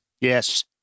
Yes